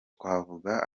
twavuga